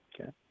Okay